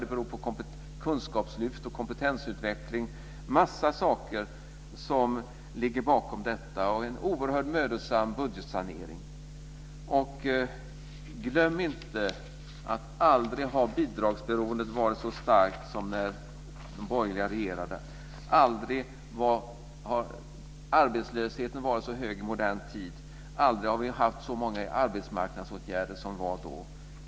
Det är kunskapslyft, kompetensutveckling och en oerhört mödosam budgetsanering och en massa saker som ligger bakom detta. Glöm inte att aldrig har bidragsberoendet varit så starkt som när de borgerliga regerade. Aldrig har arbetslösheten varit så hög i modern tid. Aldrig har vi haft så många arbetsmarknadsåtgärder som då.